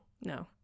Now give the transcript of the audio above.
no